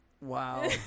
Wow